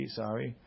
sorry